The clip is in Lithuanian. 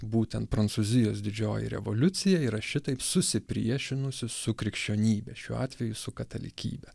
būtent prancūzijos didžioji revoliucija yra šitaip susipriešinusi su krikščionybe šiuo atveju su katalikybe